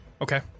Okay